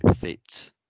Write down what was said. fit